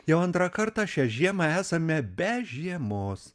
jau antrą kartą šią žiemą esame be žiemos